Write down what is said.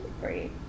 great